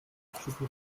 dschibuti